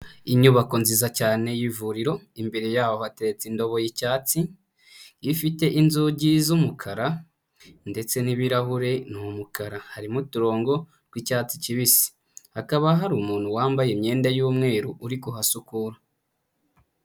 Inyubako nziza cyane y'ivuriro, imbere yaho hateretse indobo y'icyatsi, ifite inzugi z'umukara ndetse n'ibirahure ni umukara, harimo uturongo tw'icyatsi kibisi, hakaba hari umuntu wambaye imyenda y'umweru uri kuhasukura.